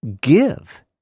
give